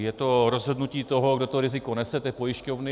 Je to rozhodnutí toho, kdo to riziko nese, té pojišťovny.